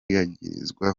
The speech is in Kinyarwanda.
yagirizwa